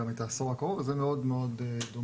את העשור הקרוב אז זה מאוד מאוד דומה,